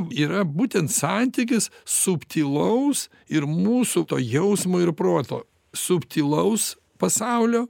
yra būtent santykis subtilaus ir mūsų to jausmo ir proto subtilaus pasaulio